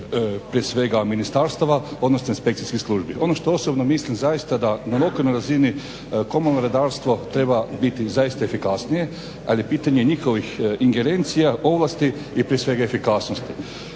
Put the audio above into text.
prije svega ministarstava, odnosno inspekcijskih službi. Ono što osobno mislim zaista da na lokalnoj razini komunalno redarstvo treba biti zaista efikasnije, ali je pitanje njihovih ingerencija ovlasti i prije svega efikasnosti.